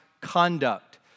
conduct